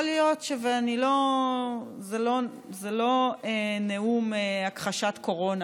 זה לא נאום הכחשת קורונה,